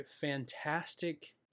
fantastic